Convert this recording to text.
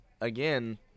again